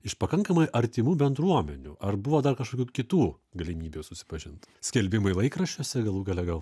iš pakankamai artimų bendruomenių ar buvo dar kažkokių kitų galimybių susipažint skelbimai laikraščiuose galų gale gal